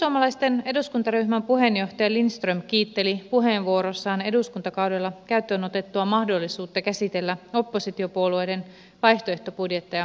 perussuomalaisten eduskuntaryhmän puheenjohtaja lindström kiitteli puheenvuorossaan eduskuntakaudella käyttöön otettua mahdollisuutta käsitellä oppositiopuolueiden vaihtoehtobudjetteja täysistunnossa